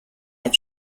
life